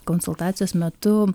konsultacijos metu